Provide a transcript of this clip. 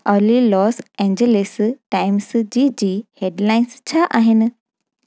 all Los Angeles Times जीजी headlines छा अहिनि